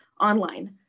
online